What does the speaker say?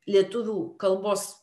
lietuvių kalbos